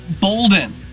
Bolden